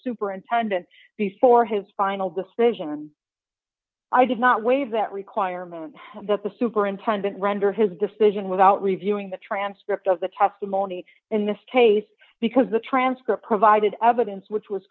superintendent before his final decision i did not waive that requirement that the superintendent render his decision without reviewing the transcript of the testimony in this case because the transcript provided evidence which was